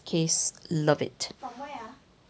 case love it